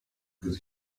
could